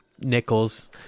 nickels